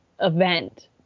event